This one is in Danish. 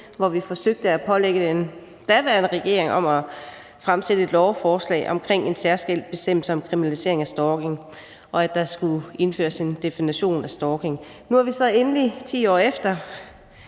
hvor vi forsøgte at pålægge den daværende regering at fremsætte et lovforslag om en særskilt bestemmelse om kriminalisering af stalking, og at der skulle indføres en definition af stalking. Nu er vi her så endelig 10 år efter